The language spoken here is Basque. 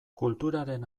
kulturaren